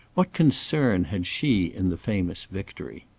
what concern had she in the famous victory?